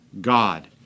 God